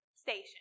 station